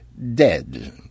dead